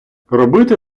робити